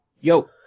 Yo